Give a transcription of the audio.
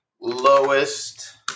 lowest